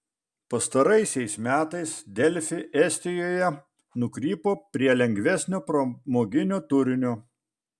pastaraisiais metais delfi estijoje nukrypo prie lengvesnio pramoginio turinio